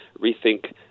rethink